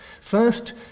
First